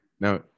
Now